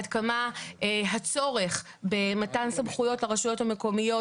עד כמה הצורך במתן סמכויות לרשויות המקומיות